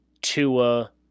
Tua